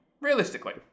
realistically